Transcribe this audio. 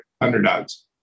underdogs